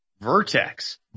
Vertex